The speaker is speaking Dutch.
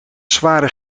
zware